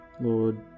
Lord